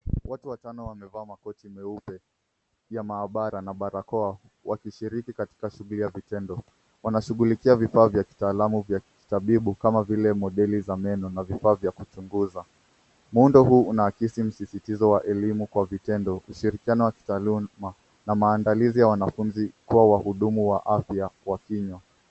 Watu watano wamevaa makoti meupe ya maabara na barakoa wakishiriki katika shuguli ya vitendo. Wanashugulikia vifaa vya kitaalamu vya kitabibu kama vile modeli za meno na mavifaa vya kuchunguza. Muundo huu unaakisi msisitizo wa elimu kwa vitendo, ushirikiano wa kitaaluma na maandalizi ya wanafunzi kuwa wahudumu wa afya wa kinywa.